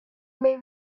may